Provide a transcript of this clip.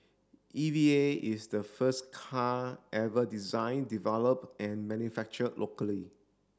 E V A is the first car ever design develop and manufactured locally